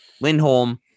Lindholm